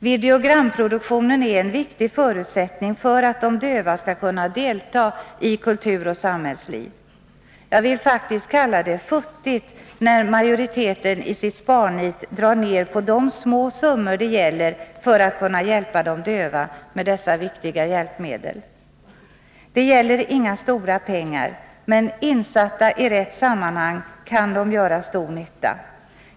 Videogramproduktionen är en viktig förutsättning för att de döva skall kunna delta i kulturoch samhällsliv. Jag vill faktiskt kalla det futtigt, när majoriteten i sitt sparnit drar ner på de små summor det gäller för att kunna hjälpa de döva med dessa viktiga hjälpmedel. Det gäller inga stora pengar, men insatta i rätt sammanhang kan de göra Nr 162 stor nytta.